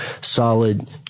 solid